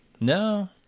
No